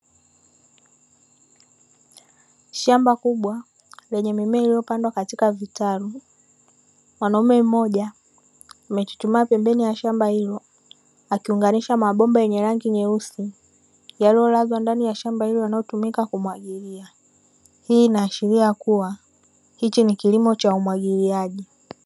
Shamba kubwa lenye mimea iliyopandwa katika vitalu; mwanaume mmoja amechuchumaa pembeni ya shamba hilo, akiunganisha mabomba yenye rangi nyeusi; yaliolazwa ndani ya shamba hilo yanayotumika kumwagilia. Hii inaashiria kuwa hichi ni kilimo cha umwagiliaji.